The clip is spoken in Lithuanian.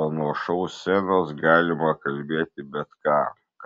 o nuo šou scenos galima kalbėti bet ką